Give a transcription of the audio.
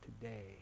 today